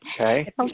Okay